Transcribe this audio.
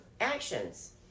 actions